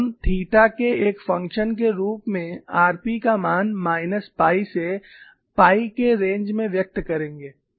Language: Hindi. तो हम थीटा के एक फंक्शन के रूप में rp का मान माइनस पाई से पाई के रेंज में व्यक्त करेंगे